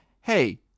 Hey